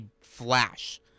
flash